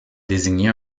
désigner